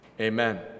Amen